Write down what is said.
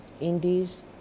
indies